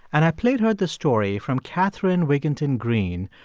and i played her the story from catherine wigginton-green,